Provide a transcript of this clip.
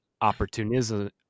opportunism